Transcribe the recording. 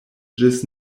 ĝis